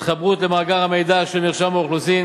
התחברות למאגר המידע של מרשם האוכלוסין